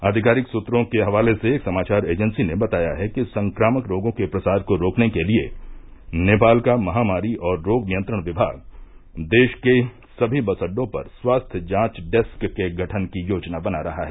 आधिकारिक सूत्रों के हवाले से एक समाचार एजेंसी ने बताया है कि संक्रामक रोगों के प्रसार को रोकने के लिये नेपाल का महामारी और रोग नियंत्रण विमाग देश के समी बस अड्डों पर स्वास्थ्य जांच डेस्क के गठन की योजना बना रहा है